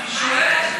אני שואל,